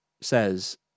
says